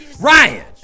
ryan